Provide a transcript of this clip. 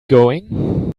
going